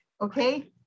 okay